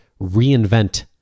reinvent